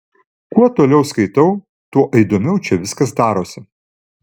kuo toliau skaitau tuo įdomiau čia viskas darosi